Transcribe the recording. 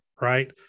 right